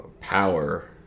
power